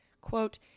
quote